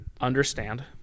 Understand